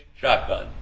shotgun